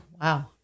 wow